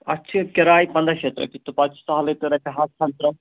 اَتھ چھِ کِراے پنٛداہ شیٚتھ رۄپیہِ تہٕ پَتہٕ چھُ سہلٕے تہٕ رۄپیہِ ہَتھ کھنٛڈ